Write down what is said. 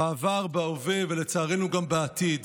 בעבר, בהווה ולצערנו גם בעתיד.